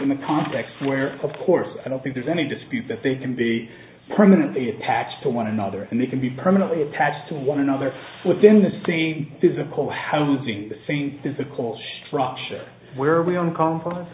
in the context where of course i don't think there's any dispute that they can be permanently attached to one another and they can be permanently attached to one another within the sea physical housing the same physical structure where we own conference